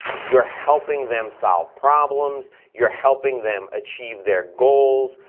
you're helping them solve problems, you're helping them achieve their goals.